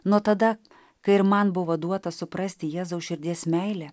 nuo tada kai ir man buvo duota suprasti jėzaus širdies meilę